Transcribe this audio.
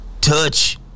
touch